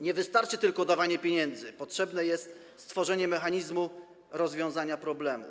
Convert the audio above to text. Nie wystarczy tylko dawanie pieniędzy, potrzebne jest stworzenie mechanizmu rozwiązania problemu.